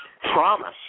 promise